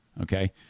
Okay